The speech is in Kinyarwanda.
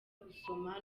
gusoma